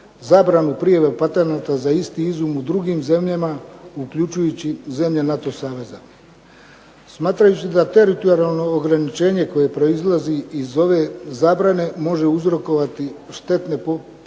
zabranu prijave patenata za isti izum u drugim zemljama uključujući i zemlje NATO saveza. Smatrajući da teritorijalno ograničenje koje proizlazi iz ove zabrane može uzrokovati štetu podnositeljima